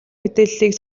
мэдээллийг